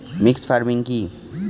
Mixed farming কি?